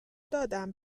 دادم